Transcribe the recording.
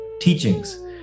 teachings